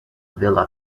villa